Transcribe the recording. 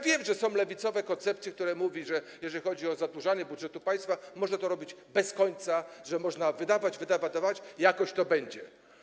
Wiem, że są lewicowe koncepcje, które mówią, że jeżeli chodzi o zadłużanie budżetu państwa, można to robić bez końca, można wydawać, wydawać, wydawać i jakoś to będzie.